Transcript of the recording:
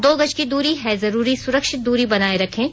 दो गज की दूरी है जरूरी सुरक्षित दूरी बनाए रखें